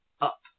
up